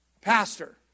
Pastor